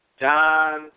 John